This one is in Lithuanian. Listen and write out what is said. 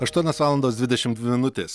aštuonios valandos dvidešimt dvi minutės